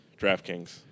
DraftKings